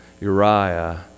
Uriah